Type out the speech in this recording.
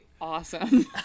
awesome